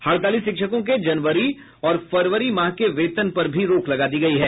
हड़ताली शिक्षकों के जनवरी और फरवरी माह के वेतन पर भी रोक लगा दी गयी है